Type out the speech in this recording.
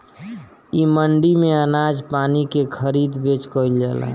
इ मंडी में अनाज पानी के खरीद बेच कईल जाला